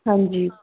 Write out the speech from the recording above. ਹਾਂਜੀ